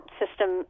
system